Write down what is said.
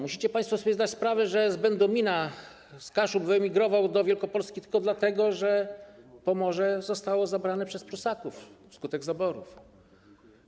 Musicie państwo sobie zdać sprawę, że z Będomina, z Kaszub wyemigrował do Wielkopolski tylko dlatego, że Pomorze zostało zabrane przez Prusaków wskutek zaborów.